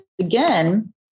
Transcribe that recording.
again